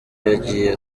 yagiye